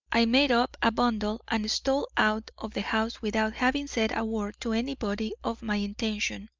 i made up a bundle and stole out of the house without having said a word to anybody of my intention.